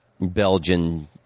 Belgian